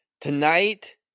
tonight